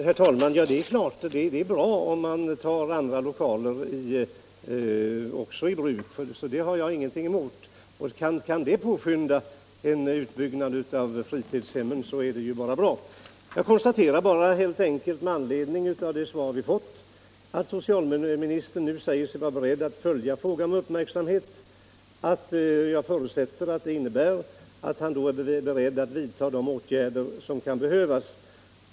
Herr talman! Det är bra att också ta andra lokaler i anspråk. Det har jag inte någonting emot. Kan det påskynda en utbyggnad av fritidshemmen är det ju bara bra. Med anledning av det svar vi fått konstaterar jag att socialministern nu säger sig vara beredd att följa frågan med uppmärksamhet, och jag förutsätter att det innebär att han då är beredd att vidta de åtgärder som kan behövas.